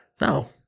No